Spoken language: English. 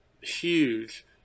Huge